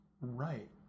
Right